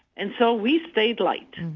and so we stayed light